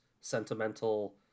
sentimental